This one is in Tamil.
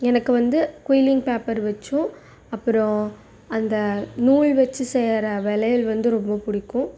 எனக்கு வந்து குயிலிங் பேப்பர் வச்சும் அப்புறம் அந்த நூல் வச்சி செய்கிற வளையல் வந்து ரொம்ப பிடிக்கும்